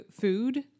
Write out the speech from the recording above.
food